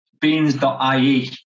beans.ie